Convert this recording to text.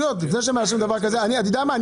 לפני שמאשרים דבר כזה, חשוב לי לדעת איזה רשויות.